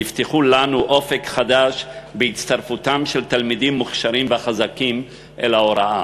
יפתחו לנו אופק חדש בהצטרפותם של תלמידים מוכשרים וחזקים אל ההוראה.